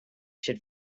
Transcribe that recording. should